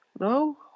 No